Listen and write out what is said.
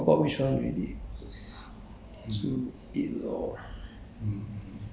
one of the little house there lah forgot which one already